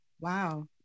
wow